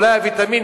אולי ויטמין